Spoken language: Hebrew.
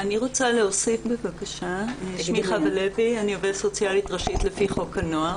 בכל מקרה